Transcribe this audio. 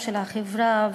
של החברה,